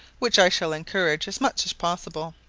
which i shall encourage as much as possible.